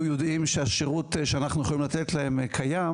יודעים שהשירות שאנחנו יכולים לתת להם קיים